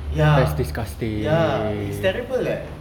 ya ya it's terrible eh